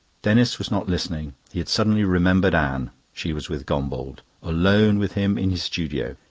denis was not listening. he had suddenly remembered anne. she was with gombauld alone with him in his studio.